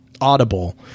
Audible